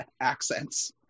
accents